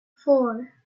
four